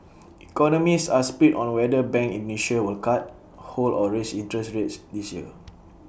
economists are split on whether bank Indonesia will cut hold or raise interest rates this year